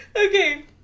Okay